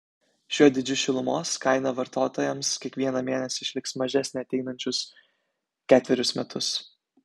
šiuo dydžiu šilumos kaina vartotojams kiekvieną mėnesį išliks mažesnė ateinančius ketverius metus